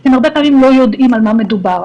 הם הרבה פעמים לא יודעים במה מדובר.